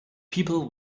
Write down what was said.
people